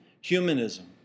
Humanism